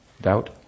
doubt